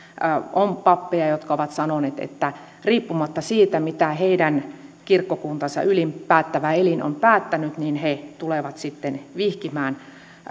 on pappeja jotka ovat sanoneet että riippumatta siitä mitä heidän kirkkokuntansa ylin päättävä elin on päättänyt he tulevat sitten vihkimään